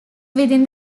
within